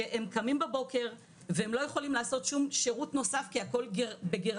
שהם קמים בבוקר והם לא יכולים לעשות שום שירות נוסף כי הכול בגירעון.